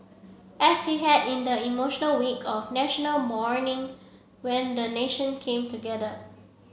as he had in the emotional week of National Mourning when the nation came together